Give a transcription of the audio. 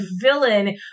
villain